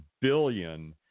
billion